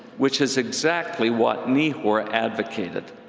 which is exactly what nehor advocated.